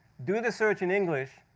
do the search in english,